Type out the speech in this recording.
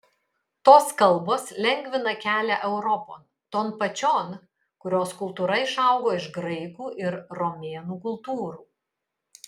tos kalbos lengvina kelią europon ton pačion kurios kultūra išaugo iš graikų ir romėnų kultūrų